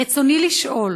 רצוני לשאול: